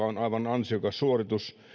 on aivan ansiokas suoritus